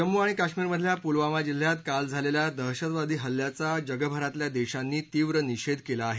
जम्मू आणि काश्मीरमधल्या पुलवामा जिल्ह्यात काल झालेल्या दहशतवादी हल्ल्याचा जगभरातल्या देशांनी तीव्र निषेध केला आहे